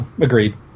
Agreed